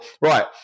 right